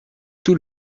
tout